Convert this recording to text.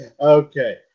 Okay